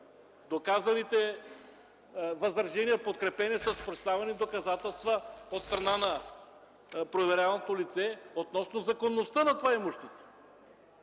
доказаните възражения, подкрепени с представени доказателства от страна на проверяваното лице относно законността на това имущество.